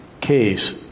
case